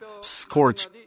scorch